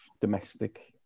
domestic